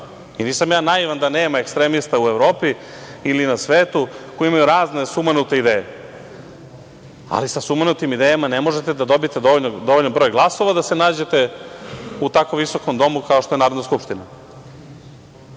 Nisam ja naivan da nema ekstremista u Evropi ili na svetu koji imaju razne sumanute ideje. Sa sumanutim idejama ne možete da dobijete dovoljan broj glasova da se nađete u tako visokom domu kao što je Narodna skupština. To